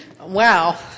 Wow